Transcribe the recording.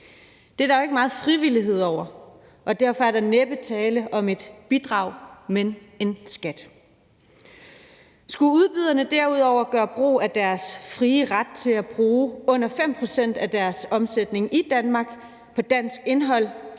Det er der jo ikke meget frivillighed over, og derfor er der næppe tale om et bidrag, men om en skat. Skulle udbyderne derudover gør brug af deres frie ret til at bruge under 5 pct. af deres omsætning i Danmark på dansk indhold,